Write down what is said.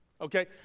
Okay